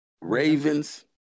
Ravens